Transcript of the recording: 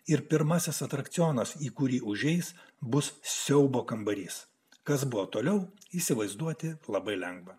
ir pirmasis atrakcionas į kurį užeis bus siaubo kambarys kas buvo toliau įsivaizduoti labai lengva